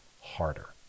harder